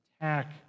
attack